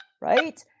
right